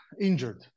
injured